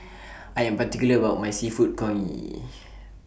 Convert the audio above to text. I Am particular about My Seafood Congee